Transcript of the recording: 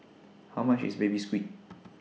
How much IS Baby Squid